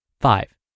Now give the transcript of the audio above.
Five